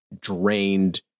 drained